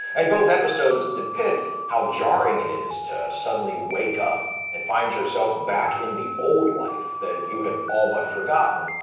and both episodes depict how jarring it is to suddenly wake up and find yourself back in the old life that you had all but forgotten.